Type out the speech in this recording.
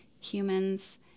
humans